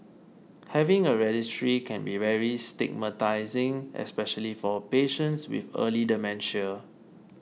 having a registry can be very stigmatising especially for patients with early dementia